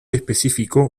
específico